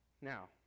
Now